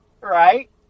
Right